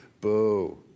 Boo